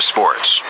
Sports